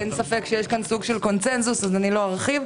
יש פה סוג של קונצנזוס אז לא ארחיב.